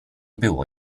było